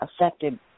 affected